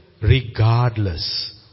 regardless